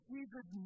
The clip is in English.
Jesus